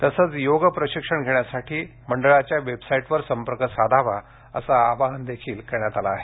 तसंच योग प्रशिक्षण घेण्यासाठी बोर्डाच्या वेबसाईटवर संपर्क साधावा असंही आवाहन करण्यात आलं आहे